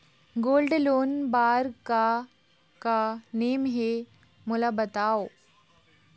Gold loan बार का का नेम हे, मोला बताव?